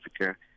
Africa